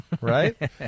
right